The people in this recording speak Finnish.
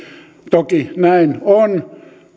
toki näin on